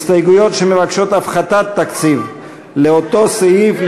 הסתייגויות שמבקשות הפחתת תקציב לאותו סעיף,